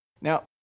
Now